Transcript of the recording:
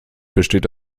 besteht